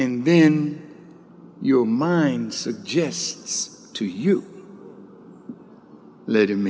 and then your mind suggests to you